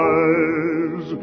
eyes